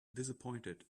disappointed